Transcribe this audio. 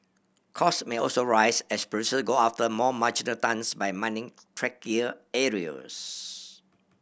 costs may also rise as producers go after more marginal tons by mining trickier areas